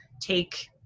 take